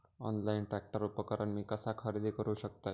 Online tractor उपकरण मी कसा खरेदी करू शकतय?